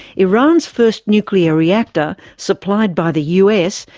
iran's first nuclear reactor, supplied by the us,